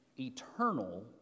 eternal